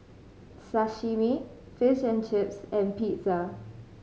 Sashimi Fish and Chips and Pizza